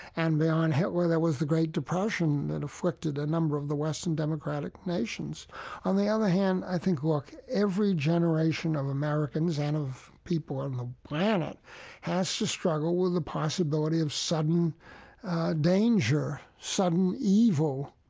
and beyond hitler there was the great depression that afflicted a number of the western democratic nations on the other hand, i think, look, every generation of americans and of people on the planet has to struggle with the possibility of sudden danger, sudden evil,